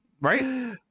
Right